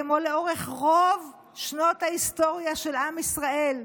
כמו לאורך רוב שנות ההיסטוריה של עם ישראל.